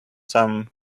some